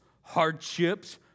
hardships